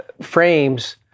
frames